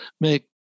make